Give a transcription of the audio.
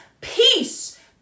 peace